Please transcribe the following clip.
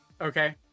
Okay